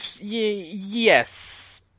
yes